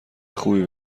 خوبی